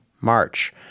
March